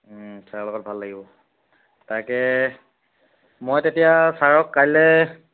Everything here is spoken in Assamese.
ছাৰৰ লগত ভাল লাগিব তাকে মই তেতিয়া ছাৰক কাইলৈ